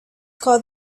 called